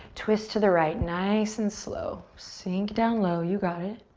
twist to the right. nice and slow. sink down low. you got it.